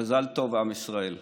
מזל טוב, עם ישראל.